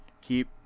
Keep